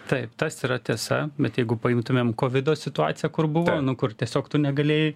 taip tas yra tiesa bet jeigu paimtumėm kovido situaciją kur buvo kur tiesiog tu negalėjai